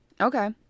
Okay